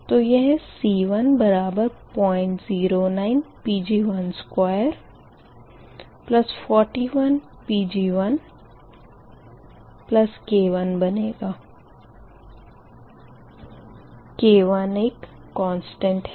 तो यह C1009 Pg1241 Pg1K1 बनेगा K1 एक कोंस्टंट है